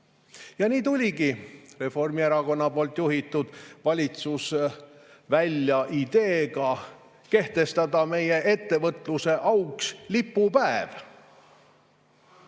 Nii tuligi Reformierakonna juhitud valitsus välja ideega kehtestada meie ettevõtluse auks lipupäev.